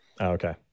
okay